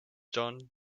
jon